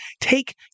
take